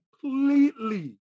completely